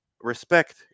Respect